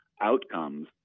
outcomes